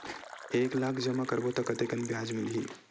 एक लाख जमा करबो त कतेकन ब्याज मिलही?